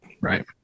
Right